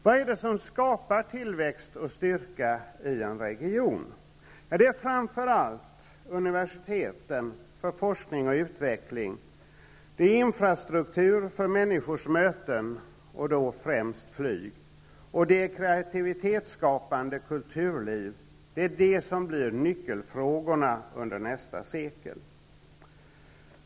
Vad är det som skapar tillväxt och styrka i en region? Det är framför allt universiteten för forskning och utveckling, det är infrastruktur för människors möten och då främst flyg, och det är kreativitetsskapande kulturliv. Det är detta som blir nyckelfrågorna under nästa sekel.